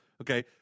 Okay